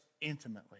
intimately